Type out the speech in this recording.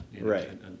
right